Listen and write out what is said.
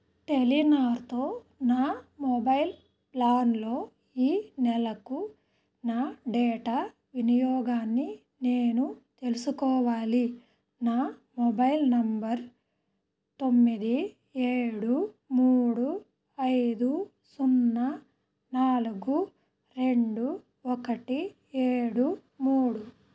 టెలినార్తో నా మొబైల్ ప్లాన్లో ఈ నెలకు నా డేటా వినియోగాన్ని నేను తెలుసుకోవాలి నా మొబైల్ నంబర్ తొమ్మిది ఏడు మూడు ఐదు సున్నా నాలుగు రెండు ఒకటి ఏడు మూడు